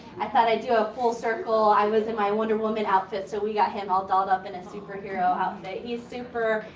i thought i'd do a full circle. i was in my wonder woman outfit so we got him all dolled up in a superhero outfit. he's super,